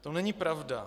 To není pravda.